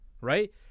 right